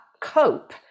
cope